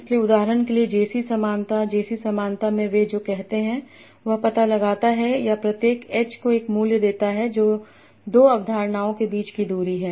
इसलिए उदाहरण के लिए जे सी समानता जे सी समानता में वे जो कहते हैं वह पता लगाता है या प्रत्येक एच को एक मूल्य देता है जो दो अवधारणाओं के बीच की दूरी है